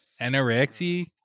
anorexia